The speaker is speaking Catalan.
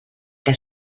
que